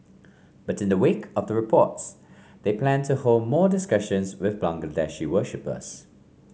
but in the wake of the reports they plan to hold more discussions with Bangladeshi worshippers